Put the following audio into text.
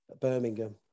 Birmingham